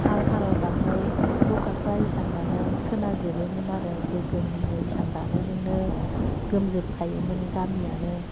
हाल हाल गाबनाय खख्र' खाख्रा इसान दानाय खोनाजोबोमोन आरो गोग्गोमनो इसान दानायजोंनो गोमजोब खायोमोन गामियानो